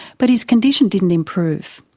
but his condition didn't improve.